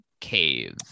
cave